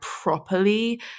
properly